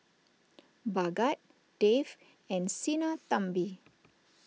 Bhagat Dev and Sinnathamby